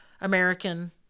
American